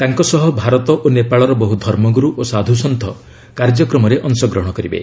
ତାଙ୍କ ସହ ଭାରତ ଓ ନେପାଳର ବହୁ ଧର୍ମ ଗୁରୁ ଓ ସାଧୁସନ୍ଥ କାର୍ଯ୍ୟକ୍ରମରେ ଅଂଶଗ୍ରହଣ କରିବେ